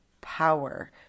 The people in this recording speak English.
power